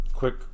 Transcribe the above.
quick